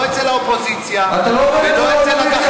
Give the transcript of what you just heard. לא אצל האופוזיציה אתה לא עובד אצל האופוזיציה.